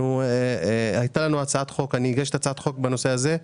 הגשתי הצעת חוק בנושא הזה,